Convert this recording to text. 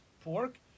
pork